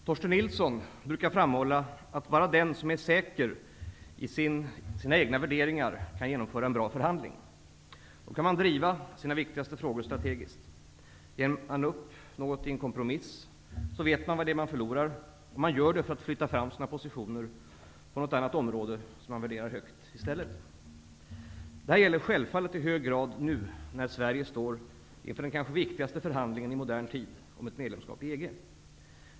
Herr talman! Torsten Nilsson brukar framhålla att bara den som är säker i sina egna värderingar kan genomföra en bra förhandling. Då kan man driva sina viktigaste frågor strategiskt. Ger man upp något i en kompromiss så vet man vad det är man förlorar, och man gör det för att flytta fram sina positioner på något annat område som man värderar högt i stället. Det här gäller självfallet i hög grad nu när Sverige står inför den kanske viktigaste förhandlingen i modern tid om ett medlemskap i EG.